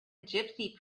gypsy